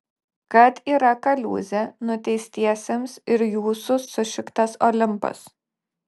kad yra kaliūzė nuteistiesiems ir jūsų sušiktas olimpas